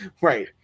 Right